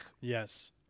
Yes